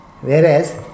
Whereas